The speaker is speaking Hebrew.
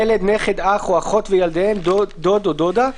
ילד, נכד, אח או אחות וילדיהם, דוד או דודה.